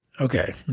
Okay